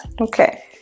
Okay